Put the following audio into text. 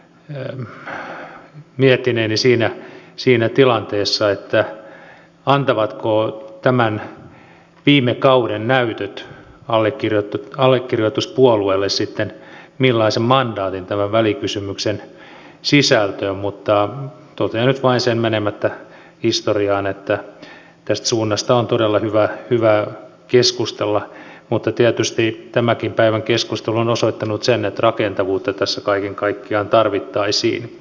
myönnän miettineeni siinä tilanteessa antavatko tämän viime kauden näytöt allekirjoituspuolueelle sitten millaisen mandaatin tämän välikysymyksen sisältöön mutta totean nyt vain sen menemättä historiaan että tästä suunnasta on todella hyvä keskustella mutta tietysti tämänkin päivän keskustelu on osoittanut sen että rakentavuutta tässä kaiken kaikkiaan tarvittaisiin